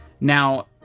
Now